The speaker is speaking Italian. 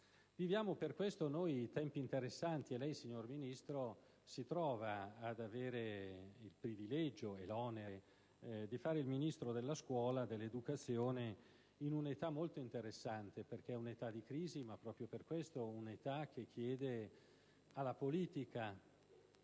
viviamo tempi interessanti e lei, signora Ministro, si trova ad avere il privilegio e l'onere di fare il Ministro della scuola e dell'educazione in un'età molto interessante, perché è un'età di crisi ma, proprio per questo, è un'età che chiede alla politica